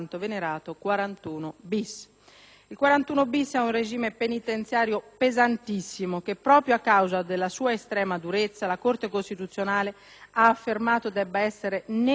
Il 41-*bis* è un regime penitenziario pesantissimo, che, proprio a causa della sua estrema durezza, la Corte costituzionale ha affermato debba essere necessariamente temporaneo.